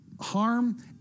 harm